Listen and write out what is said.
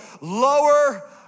lower